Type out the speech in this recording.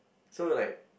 so like